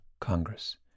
Congress